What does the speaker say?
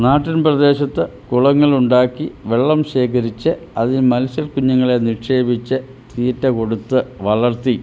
നാട്ടിൻ പ്രദേശത്ത് കുളങ്ങൾ ഉണ്ടാക്കി വെള്ളം ശേഖരിച്ച് അതിൽ മത്സ്യ കുഞ്ഞുങ്ങളെ നിക്ഷേപിച്ച് തീറ്റ കൊടുത്ത് വളർത്തി